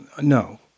no